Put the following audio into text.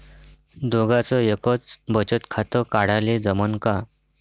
दोघाच एकच बचत खातं काढाले जमनं का?